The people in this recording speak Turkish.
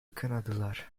kınadılar